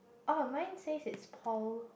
oh mine says it's Paul